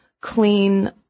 clean